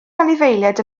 anifeiliaid